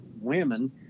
women